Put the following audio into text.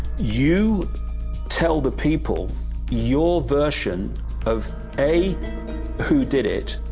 you tell the people your version of a who did it?